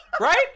Right